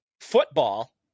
football